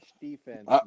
defense